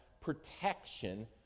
protection